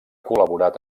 col·laborat